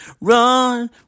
run